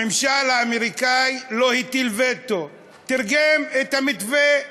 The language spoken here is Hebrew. הממשל האמריקני לא הטיל וטו, תרגם את המתווה,